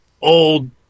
old